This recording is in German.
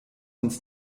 uns